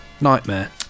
Nightmare